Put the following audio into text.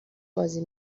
بازی